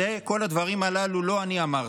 את כל הדברים הללו לא אני אמרתי,